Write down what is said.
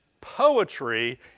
poetry